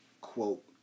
Quote